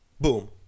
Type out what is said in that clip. boom